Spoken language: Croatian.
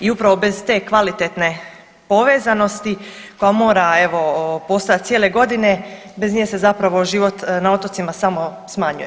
I upravo bez te kvalitetne povezanosti koja mora evo postojati cijele godine, bez nje se zapravo život na otocima samo smanjuje.